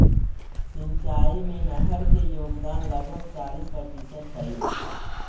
सिंचाई में नहर के योगदान लगभग चालीस प्रतिशत हई